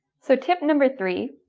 so tip number three,